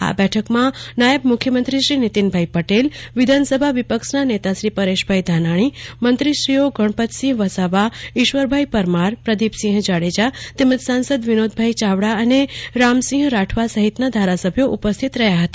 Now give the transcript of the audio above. આ બેઠકમાં નાયબ મુખ્યમંત્રી શ્રી નીતિનભાઇ પટેલ વિધાનસભા વિપક્ષના નેતા શ્રી પરેશભાઇ ધાનાણી મંત્રીશ્રીઓ સર્વશ્રી ગણપતસિંહ વસાવા અને ઇશ્વરભાઇ પરમાર પ્રદિપસિંહ જાડેજા તેમજ સાંસદ વિનોદભાઇ ચાવડા અને રામસિંહ રાઠવા સહિત ધારાસભ્યો ઉપસ્થિત રહ્યા હતા